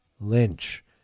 Lynch